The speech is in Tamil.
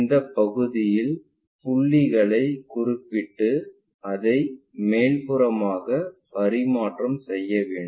இந்தப் பகுதிகளில் புள்ளிகளை குறிப்பிட்டு அதை மேல்புறமாக பரிமாற்றம் செய்ய வேண்டும்